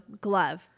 glove